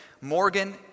Morgan